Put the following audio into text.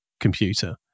computer